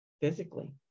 physically